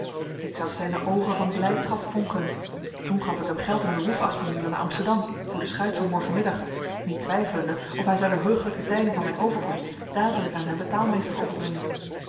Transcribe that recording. ik zag zijne oogen van blijdschap fonkelen toen gaf ik hem geld om de roef af te huren naar amsterdam voor de schuit van morgenmiddag niet twijfelende of hij zou de heuglijke tijding van mijn overkomst dadelijk aan zijn betaalmeester overbrengen